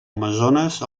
amazones